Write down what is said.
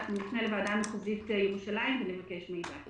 אנחנו נפנה לוועדה המחוזית ירושלים ונבקש מידע.